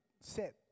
set